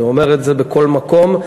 אני אומר את זה בכל מקום.